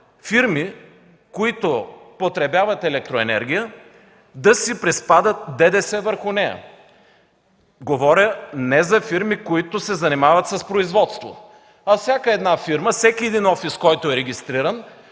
фирми, които потребяват електроенергия да си приспадат ДДС върху нея? Не говоря за фирми, които се занимават с производство – всяка една фирма, всеки един офис, който е регистриран